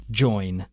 join